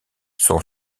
son